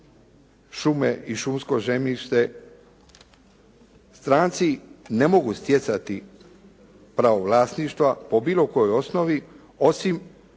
šume i šumsko zemljište, stranci ne mogu stjecati pravo vlasništva po bilo kojoj osnovi osim